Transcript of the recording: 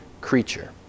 creature